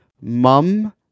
Mum